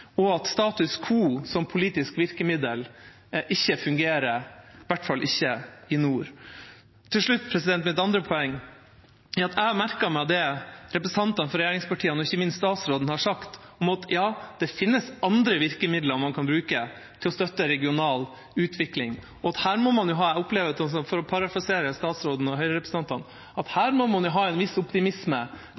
og at status quo som politisk virkemiddel ikke fungerer, i hvert fall ikke i nord. Til slutt mitt andre poeng: Jeg har merket meg det representantene fra regjeringspartiene og ikke minst statsråden har sagt om at det finnes andre virkemidler man kan bruke til å støtte regional utvikling, og at man – jeg parafraserer statsråden og Høyre-representantene – må ha en viss optimisme for at det kan komme ny aktivitet, og at